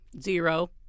Zero